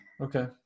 Okay